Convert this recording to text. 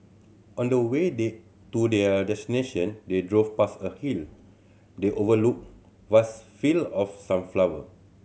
on the way they to their destination they drove past a hill they overlooked vast field of sunflower